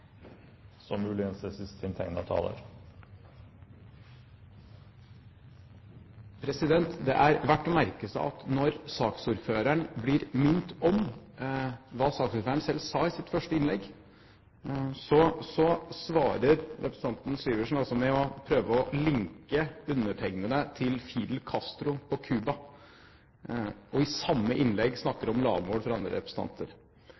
Det er verdt å merke seg at når saksordføreren, representanten Syversen, blir minnet på hva han selv sa i sitt første innlegg, så svarer han med å prøve å linke undertegnede til Fidel Castro på Cuba – og snakker i samme innlegg om lavmål fra andre representanter.